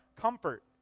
comfort